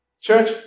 Church